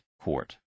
court